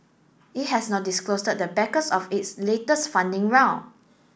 it has not disclose the backers of its latest funding round